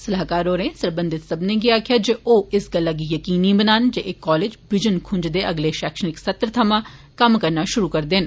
सलाह्कार होरें सरबंधत सब्बने गी आक्खेआ जे ओह् इस गल्लै गी जकीनी बनान जे एह् कालेज बिजन खुंज दे अगले पैक्षणिक सत्र थमां कम्म करना षुरू करी देन